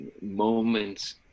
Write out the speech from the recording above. moments